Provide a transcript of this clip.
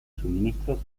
suministros